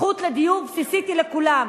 זכות לדיור בסיסית היא לכולם,